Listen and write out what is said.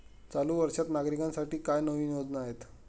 चालू वर्षात नागरिकांसाठी काय नवीन योजना आहेत?